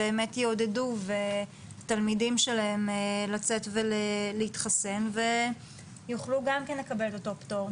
באמת יעודדו תלמידים שלהן לצאת ולהתחסן ויוכלו גם לקבל את אותו פטור.